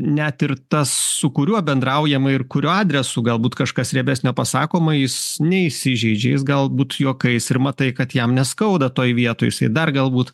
net ir tas su kuriuo bendraujama ir kurio adresu galbūt kažkas riebesnio pasakoma jis neįsižeidžia jis galbūt juokais ir matai kad jam neskauda toj vietoj jisai dar galbūt